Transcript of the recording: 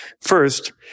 First